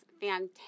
fantastic